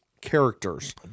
characters